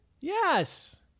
Yes